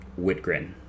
Whitgren